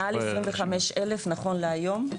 מעל 25,000 נכון להיום.